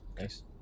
Nice